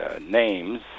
names